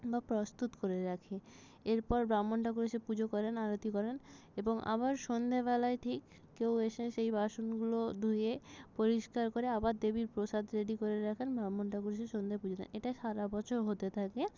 বা প্রস্তুত করে রাখে এরপর ব্রাহ্মণ ঠাকুর এসে পুজো করেন আরতি করেন এবং আবার সন্ধ্যেবেলায় ঠিক কেউ এসে সেই বাসনগুলো ধুয়ে পরিষ্কার করে আবার দেবীর প্রসাদ রেডি করে রাখেন ব্রাহ্মণ ঠাকুর এসে সন্ধ্যেই পুজো দেন এটাই সারা বছর হতে থাকে